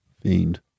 fiend